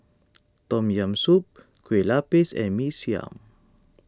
Tom Yam Soup Kueh Lapis and Mee Siam